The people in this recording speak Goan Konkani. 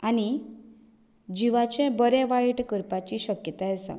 आनी जिवाचे बरें वायट करपाची शक्यताय आसा